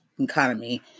economy